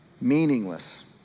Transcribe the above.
meaningless